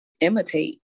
imitate